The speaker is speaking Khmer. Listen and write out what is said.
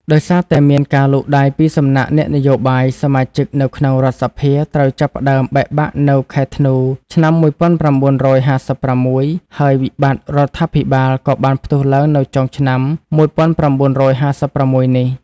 ដោយសារតែមានការលូកដៃពីសំណាក់អ្នកនយោបាយ សមាជិកនៅក្នុងរដ្ឋសភាត្រូវចាប់ផ្ដើមបែកបាក់នៅខែធ្នូ ឆ្នាំ ១៩៥៦ ហើយវិបត្តិរដ្ឋាភិបាលក៏បានផ្ទុះឡើងនៅចុងឆ្នាំ ១៩៥៦ នេះ។